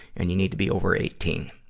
and you need to be over eighteen.